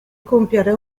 compiere